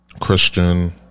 Christian